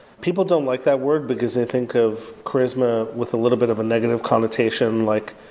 people don't like that word, because they think of charisma with a little bit of a negative connotation, like,